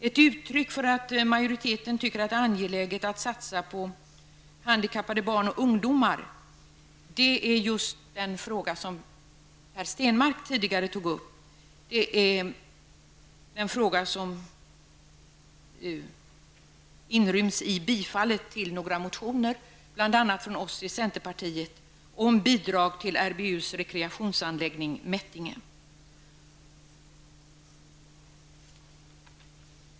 Ett uttryck för att majoriteten tycker att det är angeläget att satsa på handikappade barn och ungdomar är den fråga som Per Stenmarck tidigare tog upp och som inryms i några motioner från bl.a. oss i centerpartiet, dvs. frågan om bidrag till RBUs rekreationsanläggning Mättinge.